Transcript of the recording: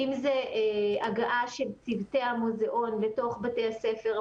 אם זה הגעה של צוותי המוזיאון בתוך בתי הספר,